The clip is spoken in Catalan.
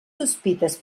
sospites